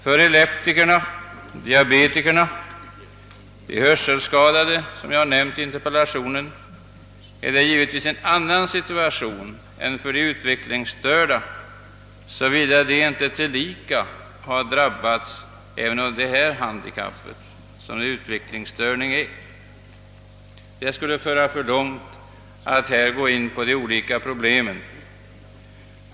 För epileptikerna, diabetikerna, de hörselskadade, vilka jag har nämnt i min interpellation, är situationen givetvis en annan än för de utvecklingsstörda, såvida de inte tillika har drabbats även av det handikapp som utvecklingsstörning innebär. Det skulle föra för långt att här gå in på de olika problemen.